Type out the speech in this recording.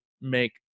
make